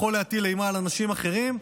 ויכול להטיל אימה על אנשים אחרים.